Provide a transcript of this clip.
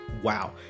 wow